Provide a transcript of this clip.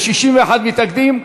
61 מתנגדים.